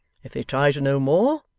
if they try to know more,